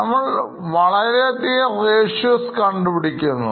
നമ്മൾ വളരെയധികം ratios കണ്ടുപിടിക്കുന്നു